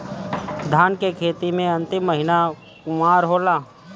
धान के खेती मे अन्तिम महीना कुवार होला?